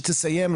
שתסיים,